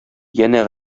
янә